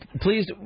please